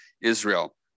Israel